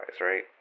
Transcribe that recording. right